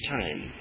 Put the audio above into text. time